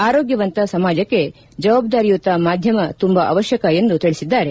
ಆರೋಗ್ಗವಂತ ಸಮಾಜಕ್ಕೆ ಜವಾಬ್ದಾರಿಯುತ ಮಾಧ್ಯಮ ತುಂಬ ಅವತ್ತಕ ಎಂದು ತಿಳಿಸಿದ್ದಾರೆ